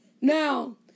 Now